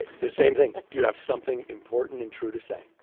the same thing. do you have something important and true to say?